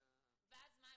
אז מה?